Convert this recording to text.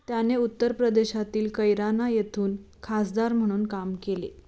त्याने उत्तर प्रदेशातील कैराना येथून खासदार म्हणून काम केले